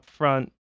upfront